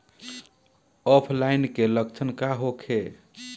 ऑफलाइनके लक्षण का होखे?